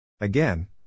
Again